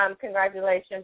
Congratulations